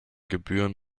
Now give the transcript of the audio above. gebühren